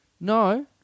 No